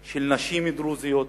של נשים דרוזיות,